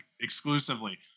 exclusively